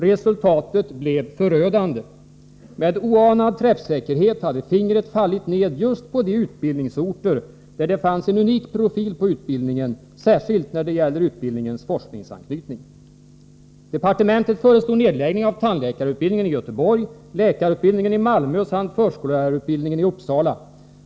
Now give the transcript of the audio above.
Resultatet blev förödande. Med oanad träffsäkerhet hade fingret fallit ned just på de utbildningsorter, där det fanns en unik profil på utbildningen, särskilt när det gäller utbildningens forskningsanknytning. Departementet föreslog nedläggning av tandläkarutbildningen i Göteborg, läkarutbildningen i Malmö samt förskollärarutbildningen i Uppsala.